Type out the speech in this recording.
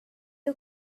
you